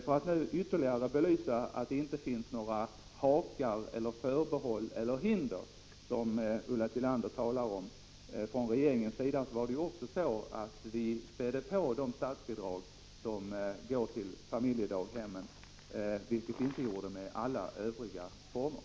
För att ytterligare belysa att det inte finns några hakar eller förbehåll eller hinder —- som Ulla Tillander talar om — från regeringens sida, vill jag framhålla att vi spädde på de statsbidrag som går till familjedaghemmen, vilket vi inte gjorde när det gällde alla övriga former.